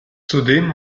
zudem